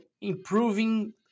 improving